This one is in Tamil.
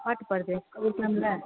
பாட்டு பாடுதே போயிருக்கலாம்லே